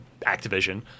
Activision